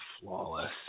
flawless